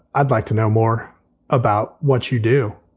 i'd like to know more about what you do,